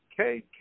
KK